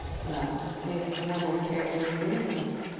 well. if one had cared to look into them.